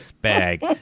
bag